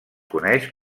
coneix